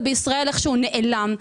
ובישראל איכשהו נעלם.